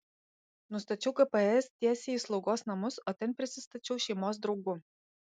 nustačiau gps tiesiai į slaugos namus o ten prisistačiau šeimos draugu